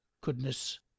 goodness